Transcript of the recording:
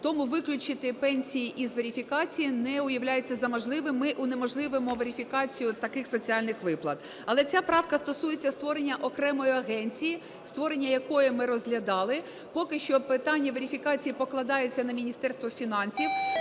Тому виключити пенсії із верифікації не уявляється за можливе, ми унеможливимо верифікацію таких соціальних виплат. Але ця правка стосується створення окремої агенції, створення якої ми розглядали. Поки що питання верифікації покладається на Міністерство фінансів,